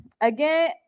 again